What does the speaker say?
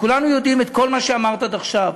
וכולנו יודעים את כל מה שאמרת עד עכשיו,